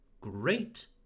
great